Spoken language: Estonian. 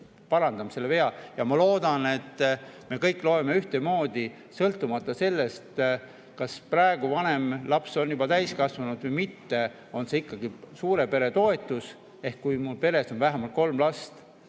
parandame selle vea. Ja ma loodan, et me kõik loeme ühtemoodi, sõltumata sellest, kas praegu vanem laps on juba täiskasvanu või mitte, on see ikkagi suure pere toetus, ehk kui mu peres on vähemalt kolm last,